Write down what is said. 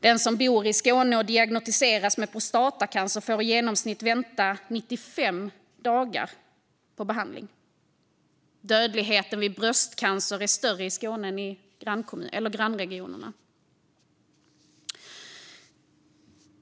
Den som bor i Skåne och diagnostiseras med prostatacancer får i genomsnitt vänta 95 dagar på behandling. Dödligheten vid bröstcancer är större i Skåne än i grannregionerna.